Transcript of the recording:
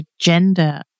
gender